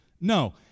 No